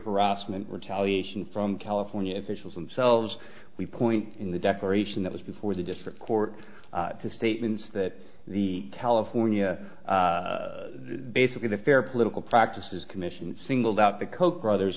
harassment retaliation from california officials themselves we point in the declaration that was before the district court to statements that the california basically the fair political practices commission singled out the koch brothers